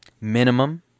Minimum